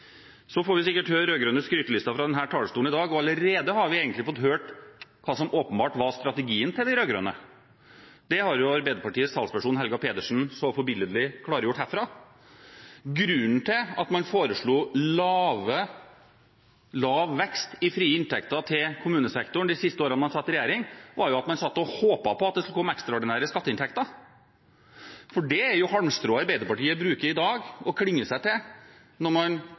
Så får vi sikkert høre de rød-grønnes skryteliste fra denne talerstolen i dag. Vi har egentlig allerede fått høre hva som åpenbart var strategien til de rød-grønne – det har jo Arbeiderpartiets talsperson Helga Pedersen så forbilledlig klargjort herfra. Grunnen til at man foreslo lav vekst i frie inntekter til kommunesektoren de siste årene man satt i regjering, var at man satt og håpet på at det skulle komme ekstraordinære skatteinntekter – for det er jo halmstrået Arbeiderpartiet bruker i dag, og klynger seg til, når man